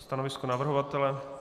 Stanovisko navrhovatele?